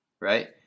right